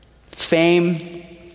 fame